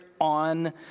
on